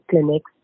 clinics